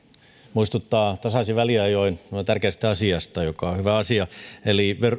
muistuttaa tasaisin väliajoin tärkeästä asiasta joka on hyvä asia eli